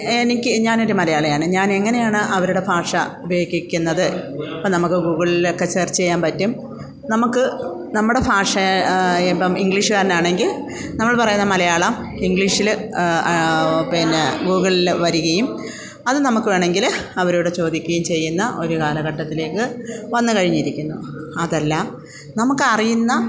എനിക്ക് ഞാനൊരു മലയാളിയാണ് ഞാൻ എങ്ങനെയാണ് അവരുടെ ഭാഷ ഉപയോഗിക്കുന്നത് ഇപ്പം നമുക്ക് ഗൂഗിളിലൊക്കെ സെർച്ച് ചെയ്യാൻ പറ്റും നമുക്ക് നമ്മുടെ ഭാഷയെ ഇപ്പം ഇംഗ്ലീഷ് തന്നെ ആണെങ്കിൽ നമ്മൾ പറയുന്ന മലയാളം ഇംഗ്ലീഷിൽ പിന്നെ ഗൂഗിളിൽ വരുകയും അത് നമുക്ക് വേണമെങ്കിൽ അവരോട് ചോദിക്കുകയും ചെയ്യുന്ന ഒരു കാലഘട്ടത്തിലേക്ക് വന്നുകഴിഞ്ഞിരിക്കുന്നു അതെല്ലാം നമുക്ക് അറിയുന്ന